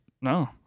No